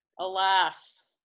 Alas